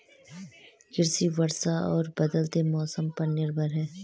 कृषि वर्षा और बदलते मौसम पर निर्भर है